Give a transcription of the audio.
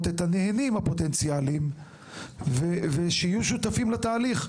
את הנהנים הפוטנציאליים ושיהיו שותפים לתהליך.